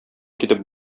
китеп